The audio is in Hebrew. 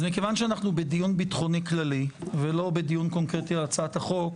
אז מכיוון שאנחנו בדיון ביטחוני כללי ולא בדיון קונקרטי על הצעת החוק,